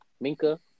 Minka